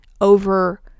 over